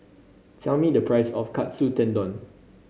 tell me the price of Katsu Tendon